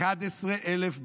11,000 בנות.